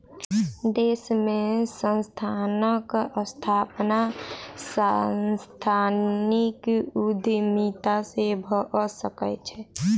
देश में संस्थानक स्थापना सांस्थानिक उद्यमिता से भअ सकै छै